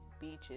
beaches